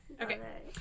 Okay